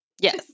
Yes